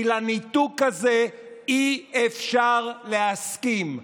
כי לניתוק כזה אי-אפשר להסכים.